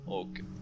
okay